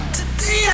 Today